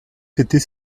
fêter